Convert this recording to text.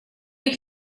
you